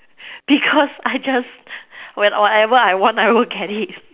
because I just when whenever I want I will work for it